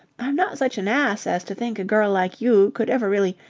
i'm not such an ass as to think a girl like you could ever really.